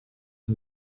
and